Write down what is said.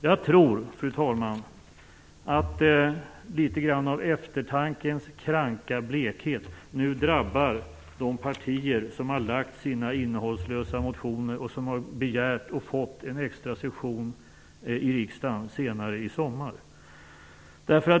Jag tror, fru talman, att litet grand av eftertankens kranka blekhet nu drabbar de partier som har lagt fram dessa innehållslösa motioner och som har begärt och fått en extra session i riksdagen senare i sommar.